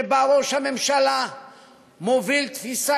שבה ראש הממשלה מוביל תפיסה,